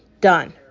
done